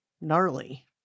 gnarly